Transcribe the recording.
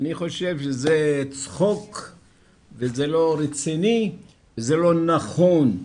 אני חושב שזה צחוק וזה לא רציני וזה לא נכון.